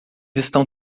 estão